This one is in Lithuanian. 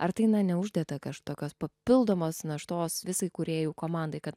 ar tai na neuždeda tokios papildomos naštos visai kūrėjų komandai kad